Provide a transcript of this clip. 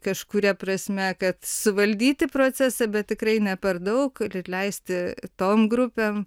kažkuria prasme kad suvaldyti procesą bet tikrai ne per daug ir atleisti tom grupėm